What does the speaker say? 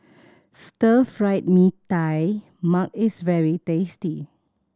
Stir Fried Mee Tai Mak is very tasty